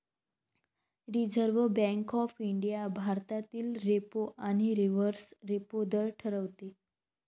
reserve Bank of India भारतातील repo आणि reverse repo दर ठरवते